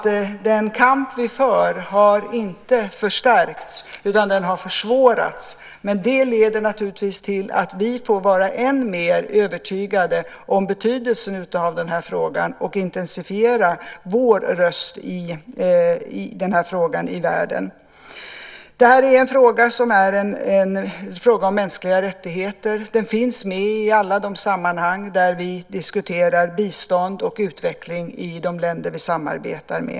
Den kamp vi för har inte förstärkts, utan den har försvårats. Men det leder naturligtvis till att vi får vara än mer övertygade om betydelsen av denna fråga och intensifiera vår röst i denna fråga i världen. Det här är en fråga som handlar om mänskliga rättigheter. Den finns med i alla de sammanhang där vi diskuterar bistånd och utveckling i de länder som vi samarbetar med.